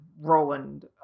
Roland